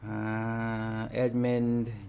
Edmund